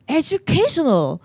educational